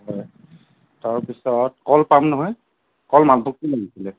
হয় তাৰ পিছত কল পাম নহয় কল মালভোগটো লাগিছিল